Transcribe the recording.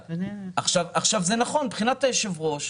מבחינת היושב-ראש,